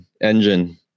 Engine